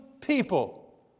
people